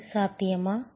அது சாத்தியமா